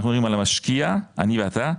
אנחנו מדברים על המשקיע אני ואתה,